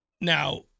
Now